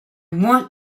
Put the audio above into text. want